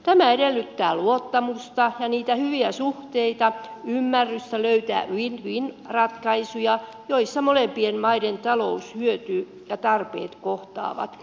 tämä edellyttää luottamusta ja niitä hyviä suhteita ymmärrystä löytää win win ratkaisuja joissa molempien maiden talous hyötyy ja tarpeet kohtaavat